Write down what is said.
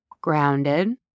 grounded